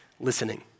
listening